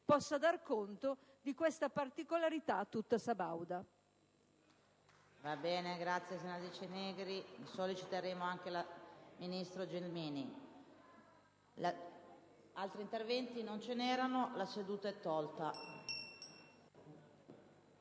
possa dar conto di questa particolarità tutta sabauda.